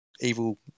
evil